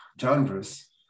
genres